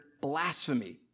blasphemy